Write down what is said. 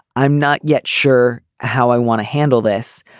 i'm not yet sure how i want to handle this.